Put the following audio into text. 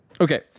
okay